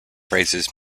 phrases